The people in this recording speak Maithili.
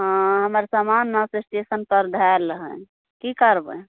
हँ हमर समान ने स्टेशन पर धयल रहनि की करबै